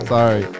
Sorry